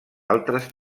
altres